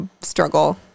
struggle